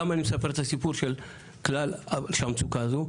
למה אני מספר את הסיפור של המצוקה הזו?